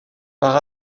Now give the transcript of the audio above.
par